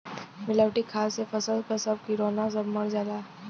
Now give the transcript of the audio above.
मिलावटी खाद से फसल क सब किरौना सब मर जाला